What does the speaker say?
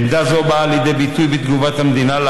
עמדה זו באה לידי ביטוי בתגובת המדינה על